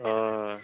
ओऽ